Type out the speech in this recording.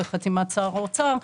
וחתימת שר האוצר,